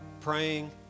praying